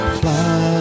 fly